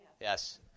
Yes